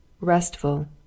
restful